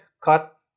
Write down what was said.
cut